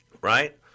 right